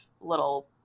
little